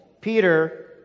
Peter